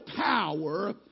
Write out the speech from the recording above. power